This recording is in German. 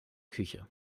küche